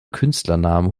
künstlernamen